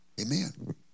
Amen